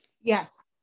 Yes